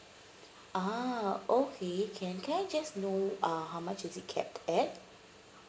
ah okay can can I just know uh how much is it cap at